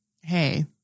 Hey